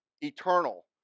eternal